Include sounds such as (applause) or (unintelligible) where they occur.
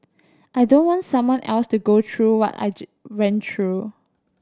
I don't want someone else to go through what I (unintelligible) went through